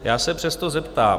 Já se přesto zeptám.